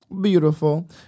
Beautiful